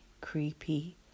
creepy